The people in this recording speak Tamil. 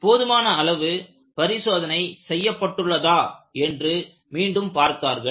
எனவே போதுமான அளவு பரிசோதனை செய்யப்பட்டுள்ளதா என்று மீண்டும் பார்த்தார்கள்